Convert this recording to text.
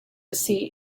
see